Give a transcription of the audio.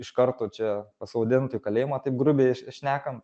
iš karto čia pasodintų į kalėjimą taip grubiai š šnekan